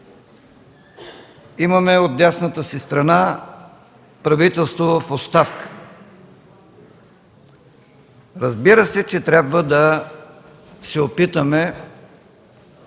имаме от дясната си страна правителство в оставка. Разбира се, че трябва да се опитаме